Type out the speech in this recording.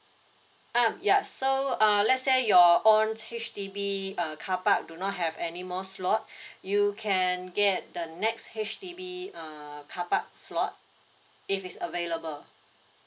um ya so uh let's say your own H_D_B uh carpark do not have any more slot you can get the next H_D_B uh carpark slot if it's available